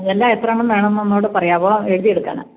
എല്ലാം എത്രയെണ്ണം വേണം എന്ന് ഒന്ന് കൂടെ പറയാമോ എഴുതി എടുക്കാനാണ്